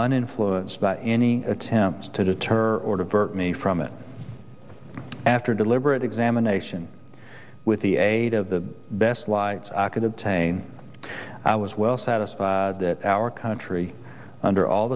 uninfluenced by any attempts to deter or divert me from it after a deliberate examination with the aid of the best light socket obtain i was well satisfied that our country under all